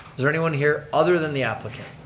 is there anyone here other than the applicant?